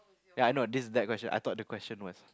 ya I know this that question I thought the question was